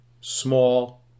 small